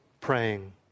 praying